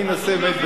אני אנסה באמת,